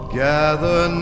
gather